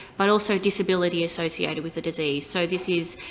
but also disability associated with a disease. so this is,